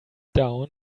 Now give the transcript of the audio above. down